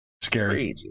scary